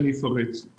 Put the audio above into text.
אני אפרט.